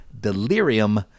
delirium